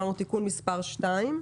(תיקון מס' 2),